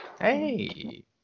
Hey